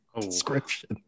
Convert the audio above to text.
description